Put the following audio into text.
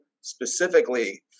specifically